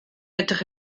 edrych